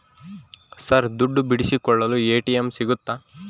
Sir ದುಡ್ಡು ಬಿಡಿಸಿಕೊಳ್ಳಲು ATM ಸಿಗುತ್ತಾ?